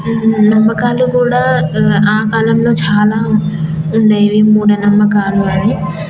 నమ్మకాలు కూడా ఆ కాలంలో చాలా ఉండేవి మూఢనమ్మకాలు అని